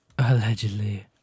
Allegedly